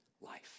life